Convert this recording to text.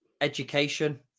education